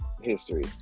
history